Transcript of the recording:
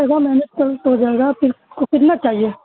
ہو جائے گا آپ کو کتنا چاہیے